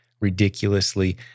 ridiculously